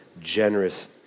generous